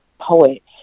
poet